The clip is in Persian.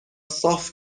صاف